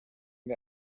wir